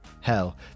Hell